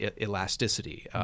elasticity